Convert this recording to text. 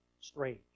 strange